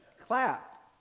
Clap